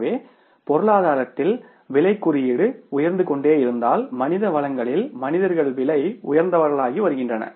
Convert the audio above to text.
எனவே பொருளாதாரத்தில் விலைக் குறியீடு உயர்ந்து கொண்டேயிருந்தால் மனித வளங்களில் மனிதர்கள் விலை உயர்ந்தவர்களாகி வருகின்றனர்